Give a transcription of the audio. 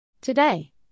Today